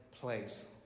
place